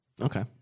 Okay